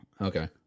Okay